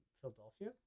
Philadelphia